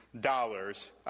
dollars